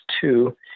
two